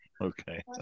Okay